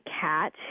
cat